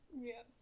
Yes